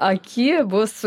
aky bus